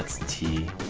t